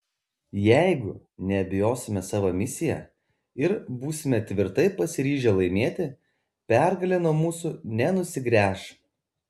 jeigu neabejosime savo misija ir būsime tvirtai pasiryžę laimėti pergalė nuo mūsų nenusigręš